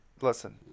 listen